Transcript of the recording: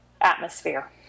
atmosphere